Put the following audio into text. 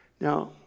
Now